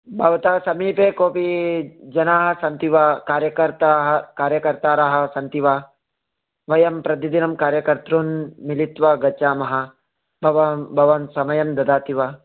भवता समीपे कोपि जनाः सन्ति वा कार्यकर्ताः कार्यकर्तारः सन्ति वा वयं प्रतिदिनं कार्यकर्तॄन् मिलित्वा गच्छामः भवान् समयं ददाति वा